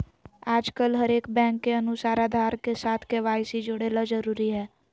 आजकल हरेक बैंक के अनुसार आधार के साथ के.वाई.सी जोड़े ल जरूरी हय